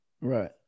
Right